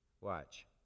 watch